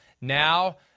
Now